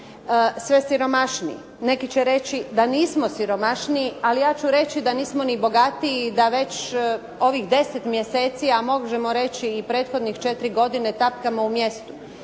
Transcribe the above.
sve siromašniji. Neki će reći da nismo siromašniji, ali ja ću reći da nismo ni bogatiji i da već ovih 10 mjeseci, a možemo reći i prethodnih 4 godine tapkamo u mjestu.